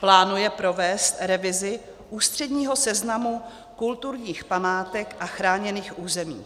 Plánuje provést revizi ústředního seznamu kulturních památek a chráněných území.